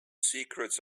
secrets